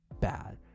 bad